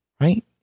right